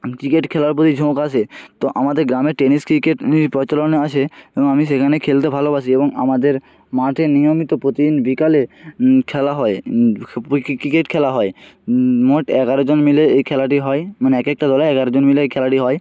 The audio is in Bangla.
ক্রিকেট খেলার প্রতি ঝোঁক আসে তো আমাদের গ্রামে টেনিস ক্রিকেট প্রচলন আছে এবং আমি সেখানে খেলতে ভালোবাসি এবং আমাদের মাঠে নিয়মিত প্রতিদিন বিকালে খেলা হয় ক্রিকেট খেলা হয় মোট এগারোজন মিলে এই খেলাটি হয় মানে এক একটা দলে এগারোজন মিলে এই খেলাটি হয়